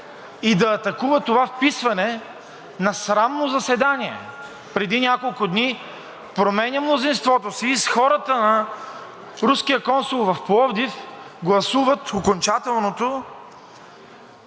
и да атакува това вписване на срамно заседание преди няколко дни, променя мнозинството си и с хората на руския консул в Пловдив гласуват окончателното